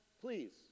please